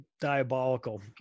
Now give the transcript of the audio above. diabolical